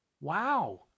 Wow